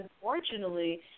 unfortunately